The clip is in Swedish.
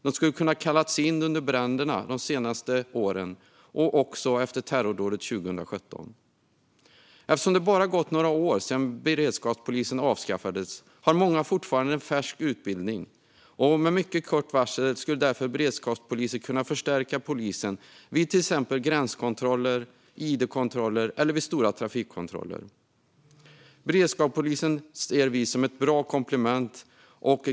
De skulle ha kunnat kallas in vid bränderna de senaste åren och också efter terrordådet 2017. Eftersom det bara har gått några år sedan beredskapspolisen avskaffades har många fortfarande en färsk utbildning. Med mycket kort varsel skulle beredskapspolisen därför kunna förstärka polisen vid till exempel gränskontroller, id-kontroller eller vid stora trafikkontroller. Vi ser beredskapspolisen som ett bra komplement.